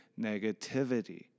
negativity